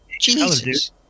Jesus